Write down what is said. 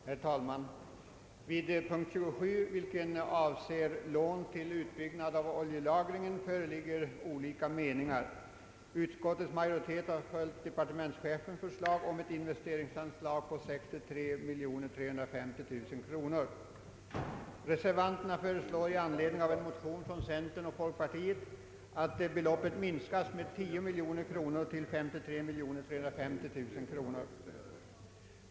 Herr talman! Vid punkten 27, vilken avser lån till utbyggnad av oljelagringen, föreligger olika uppfattningar. Utskottets majoritet har följt departementschefens förslag om ett investeringsanslag på 63350 000 kronor. Reservanterna föreslår i anledning av en motion från centern och folkpartiet, att beloppet minskas med 10 miljoner till 53 350 000 kronor.